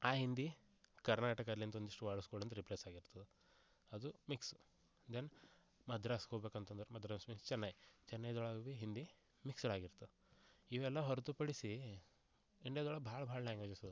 ಆ ಹಿಂದಿ ಕರ್ನಾಟಕಲ್ಲಿಂದ ಒಂದಿಷ್ಟು ವರ್ಡ್ಸ್ಗಳಿಂದ ರಿಪ್ಲೇಸ್ ಆಗಿರ್ತದೆ ಅದು ಮಿಕ್ಸ್ ದೆನ್ ಮದ್ರಾಸ್ ಹೋಗ್ಬೇಕಂತಂದರೆ ಮದ್ರಾಸ್ ಮೀನ್ಸ್ ಚೆನ್ನೈ ಚೆನ್ನೈದೊಳಗೆ ಹಿಂದಿ ಮಿಕ್ಸೆಡ್ ಆಗಿರ್ತದೆ ಇವೆಲ್ಲ ಹೊರತು ಪಡಿಸಿ ಇಂಡಿಯಾದೊಳಗೆ ಭಾಳ ಭಾಳ ಲ್ಯಾಂಗ್ವೇಜಸ್ ಅದ